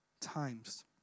times